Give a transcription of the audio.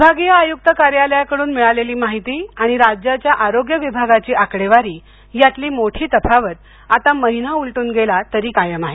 विभागीय आयुक्त कार्यालयाकडून मिळालेली माहिती आणि राज्याच्या आरोग्य विभागाची आकडेवारी यातली मोठी तफावत आता महिना उलट्रन गेला तरी कायम आहे